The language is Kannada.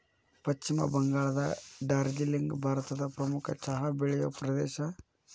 ಪಶ್ಚಿಮ ಬಂಗಾಳದ ಡಾರ್ಜಿಲಿಂಗ್ ಭಾರತದ ಪ್ರಮುಖ ಚಹಾ ಬೆಳೆಯುವ ಪ್ರದೇಶ